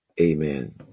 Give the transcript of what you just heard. Amen